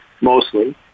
mostly